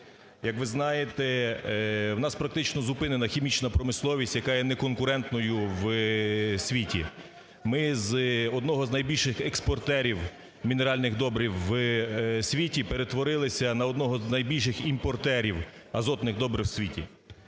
Як ви знаєте, у нас практично зупинена хімічна промисловість, яка є неконкурентною в світі. Ми з одного з найбільших експортерів мінеральних добрив в світі перетворились на одного з найбільших імпортерів азотних добрив в світі.